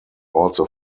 also